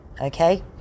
okay